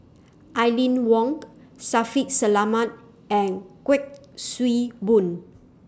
Aline Wong Shaffiq Selamat and Kuik Swee Boon